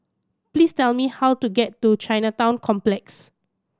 please tell me how to get to Chinatown Complex